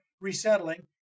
resettling